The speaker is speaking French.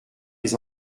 des